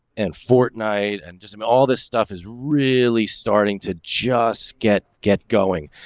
and fortnight and just um all this stuff is really starting to just get get going.